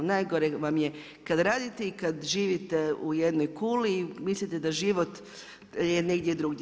Najgore vam je kad radite i kad živite u jednoj kuli, mislite da život je negdje drugdje.